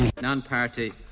Non-party